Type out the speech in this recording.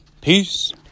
Peace